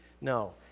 No